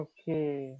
Okay